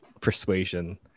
persuasion